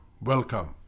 Welcome